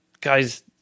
guys